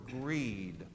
greed